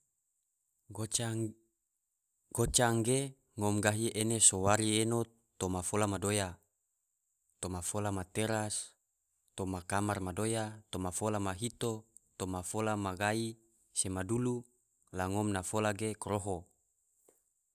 Goca ge ngom gahi ene so wari eno toma fola madoya, toma fola ma teras, toma kamar madoya, toma fola ma hito, toma fola ma gai se ma dulu, la ngom na fola ge koroho.